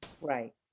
Right